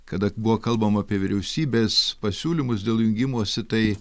kada buvo kalbama apie vyriausybės pasiūlymus dėl jungimosi tai